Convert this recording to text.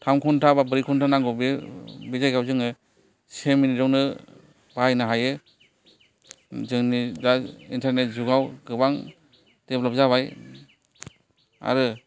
थाम घन्टा बा ब्रै घन्टा नांगौ बे बे जायगायाव जोङो से मिनिटआवनो बाहायनो हायो जोंनि दा इन्टारनेट जुगाव गोबां देब्लाब्द जाबाय आरो